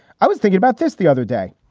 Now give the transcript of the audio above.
i was thinking about this the other day.